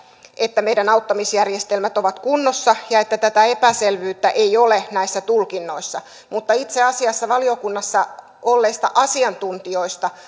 että meidän auttamisjärjestelmät ovat kunnossa ja että tätä epäselvyyttä ei ole näissä tulkinnoissa mutta itse asiassa valiokunnassa olleista asiantuntijoista